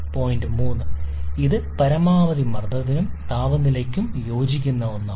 point 3 ഇത് പരമാവധി മർദ്ദത്തിനും താപനിലയ്ക്കും യോജിക്കുന്ന ഒന്നാണ്